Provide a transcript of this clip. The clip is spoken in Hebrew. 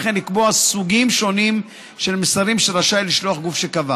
וכן לקבוע סוגים שונים של מסרים שרשאי לשלוח גוף שקבע.